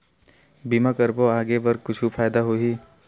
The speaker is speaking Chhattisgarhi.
बीमा करबो आगे बर कुछु फ़ायदा होही?